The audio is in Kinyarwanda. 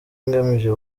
ngamije